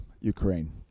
Ukraine